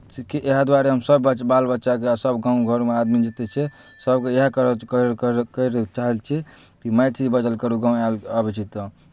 से की इएह दुआरे हमसभ बाल बच्चाकेँ आओर सभ गाँव घरमे आदमी जतेक छै सभकेँ इएह कर कर कह कहय लेल चाहै छी कि मैथिली बाजल करू गाँव आयल अबै छी तऽ